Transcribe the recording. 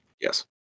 Yes